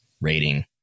rating